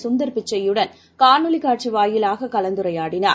கந்தர் பிச்சையுடன் காணொலிகாட்சிவாயிலாககலந்துரையாடினார்